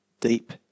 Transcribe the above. Deep